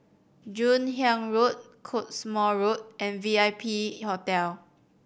Joon Hiang Road Cottesmore Road and V I P Hotel